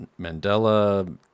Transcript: Mandela